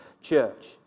church